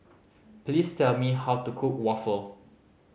please tell me how to cook waffle